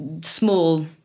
small